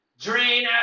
Drain